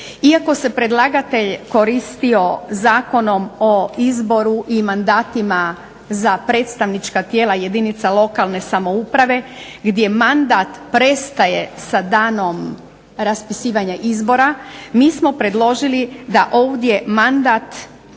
Iako se predlagatelj koristio Zakonom o izboru i mandatima za predstavnička tijela jedinica lokalne samouprave gdje mandat prestaje sa danom raspisivanja izbora mi smo predložili da ovdje mandat